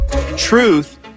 Truth